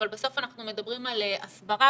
אבל בסוף אנחנו מדברים על הסברה,